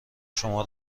شما